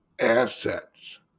assets